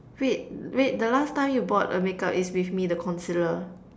wait wait the last time you bought a make-up is with me the concealer